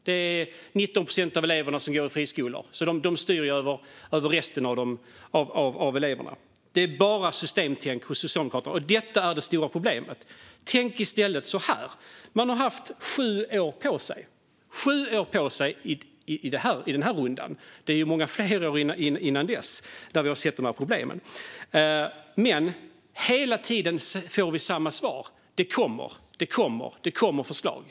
Det är 19 procent av eleverna som går i friskolor, så de styr över resten av eleverna. Det är bara systemtänk hos Socialdemokraterna, och detta är det stora problemet. Tänk i stället så här: Man har haft sju år på sig i den här rundan, men det var ju många fler år innan dess som vi såg problemen. Ändå får vi hela tiden samma svar: Det kommer förslag.